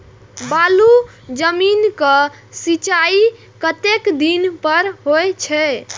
बालू जमीन क सीचाई कतेक दिन पर हो छे?